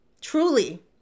Truly